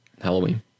Halloween